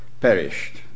perished